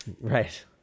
Right